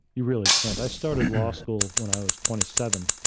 you really can't. i started law school when i was twenty seven,